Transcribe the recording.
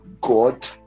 God